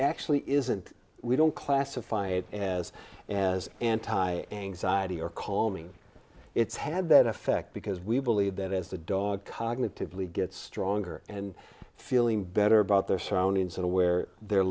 actually isn't we don't classify it as an anti anxiety or calming it's had that effect because we believe that as the dog cognitively gets stronger and feeling better about their surroundings and where they're